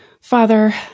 Father